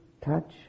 touch